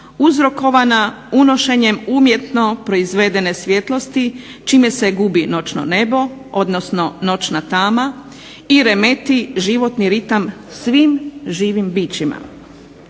uzrokovana unošenjem umjetno proizvedene svjetlosti čime se gubi noćno nebo odnosno noćna tama i remeti životni ritam svim živim bićima.